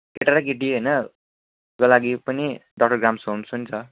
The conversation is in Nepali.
केटा र केटी होइन हरूका लागि पनि डक्टर ग्राम्स होम्स पनि छ